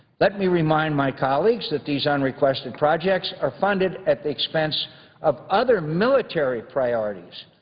let me remind my colleagues that these unrequested projects are funded at the expense of other military priorities.